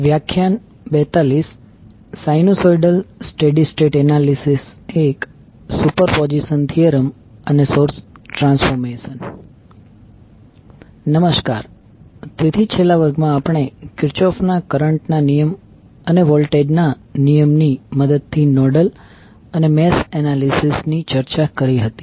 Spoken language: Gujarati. નમસ્કાર તેથી છેલ્લા વર્ગમાં આપણે કિર્ચોફ Kirchhoff'sના કરંટ ના નિયમ અને વોલ્ટેજ ના નિયમ ની મદદથી નોડલ અને મેશ એનાલિસિસ ની ચર્ચા કરી હતી